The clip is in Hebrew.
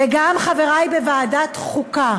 וגם לחברי בוועדת החוקה,